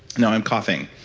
now i'm coughing